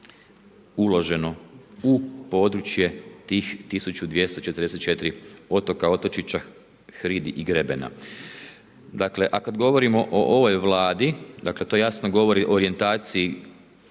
uloženo u područje tih 1244 otoka, otočića, hridi i grebena. Dakle a kad govorim o ovoj vladi, dakle to jasno govori o orijentaciji